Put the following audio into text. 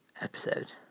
episode